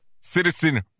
citizen